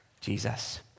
jesus